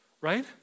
Right